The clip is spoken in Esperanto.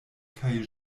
kaj